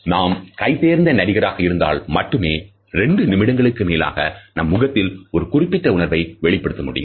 நாம் கைதேர்ந்த நடிகராக இருந்தால் மட்டுமே 2 நிமிடங்களுக்கு மேலாக நம் முகத்தில் ஒரு குறிப்பிட்ட உணர்வை வெளிப்படுத்த முடியும்